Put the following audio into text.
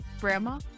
Grandma